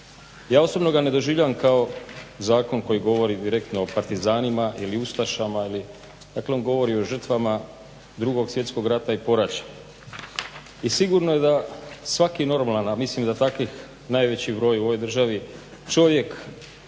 Ja osobno ga ne doživljavam kao zakon koji govori direktno o partizanima ili ustašama. Dakle, on govori o žrtvama Drugog svjetskog rata i poraća. I sigurno je da svaki normalan, a mislim da takvih najveći broj u ovoj državi čovjek